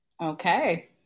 okay